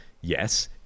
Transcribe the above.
Yes